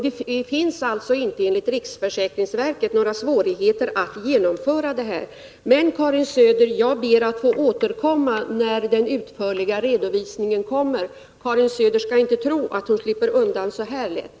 Det finns alltså enligt riksförsäkringsverket inte några svårigheter att genomföra detta. Men, Karin Söder, jag ber att få återkomma när den utförliga redovisningen kommer. Karin Söder skall inte tro att hon slipper undan så här lätt.